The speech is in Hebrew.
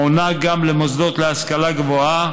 מוענק גם למוסדות להשכלה גבוהה,